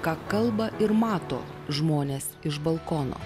ką kalba ir mato žmonės iš balkono